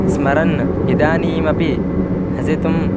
स्मरन् इदानीमपि हसितुम्